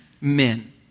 men